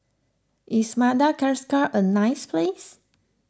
is Madagascar a nice place